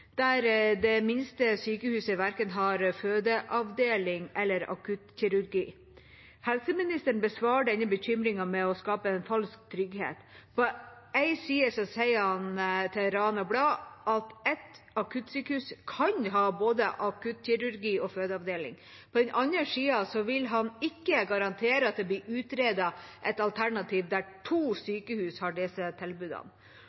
der det minste sykehuset verken har fødeavdeling eller akuttkirurgi. Helseministeren besvarer denne bekymringen med å skape falsk trygghet. På den ene sida sier han til Rana Blad at et akuttsykehus kan ha både akuttkirurgi og fødeavdeling, mens han på den andre sida ikke vil garantere at det blir utredet et alternativ der to